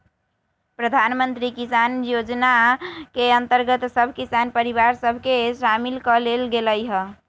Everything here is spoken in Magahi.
प्रधानमंत्री किसान जोजना के अंतर्गत सभ किसान परिवार सभ के सामिल क् लेल गेलइ ह